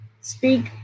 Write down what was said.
speak